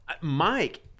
Mike